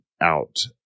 out